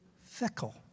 fickle